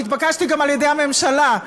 אני התבקשתי גם על-ידי הממשלה.